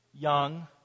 young